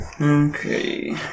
Okay